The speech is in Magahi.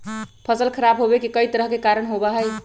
फसल खराब होवे के कई तरह के कारण होबा हई